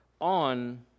on